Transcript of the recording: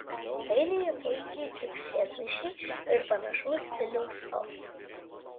svetainėje puikiai tiks sėdmaišiai ir panašaus stiliaus sofos